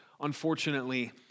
unfortunately